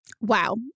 wow